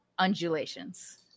undulations